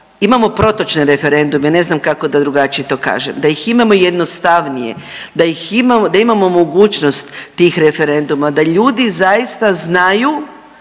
imamo protočne referendume, ne znam kako da drugačije to kažem da ih imamo jednostavnije, da ih imamo, da imamo mogućnost tih referenduma, da ljudi zaista znaju,